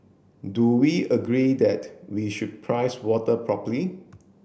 do we agree that we should price water properly